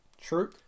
True